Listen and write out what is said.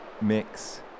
mix